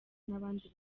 n’abandi